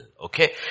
okay